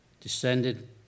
descended